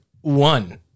one